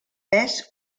pes